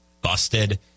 busted